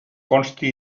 consti